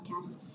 podcast